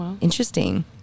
interesting